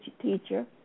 teacher